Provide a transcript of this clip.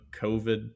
COVID